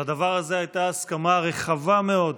על הדבר הזה הייתה הסכמה רחבה מאוד.